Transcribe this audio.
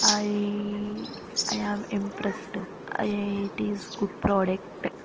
I I am impressed it is good product